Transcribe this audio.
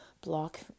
Block